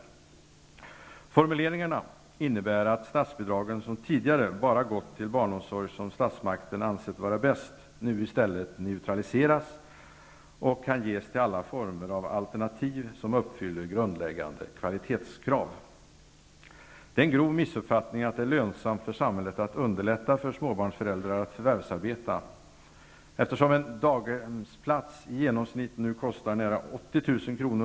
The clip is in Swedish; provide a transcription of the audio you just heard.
Formuleringarna innebär att statsbidragen, som tidigare bara gått till den barnomsorg som statsmakten ansett vara bäst, nu i stället neutraliseras och kan ges till alla former av alternativ som uppfyller grundläggande kvalitetskrav. Det är en grov missuppfattning att det är lönsamt för samhället att underlätta för småbarnsföräldrar att förvärvsarbeta. Eftersom en daghemsplats i genomsnitt nu kostar nära 80 000 kr.